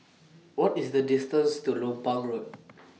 What IS The distance to Lompang Road